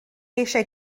eisiau